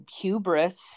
hubris